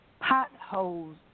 potholes